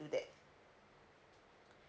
do that